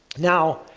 now,